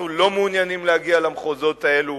אנחנו לא מעוניינים להגיע למחוזות האלה.